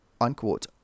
Unquote